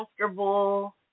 comfortable